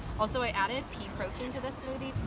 also i added pee protein into this smoothie.